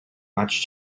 much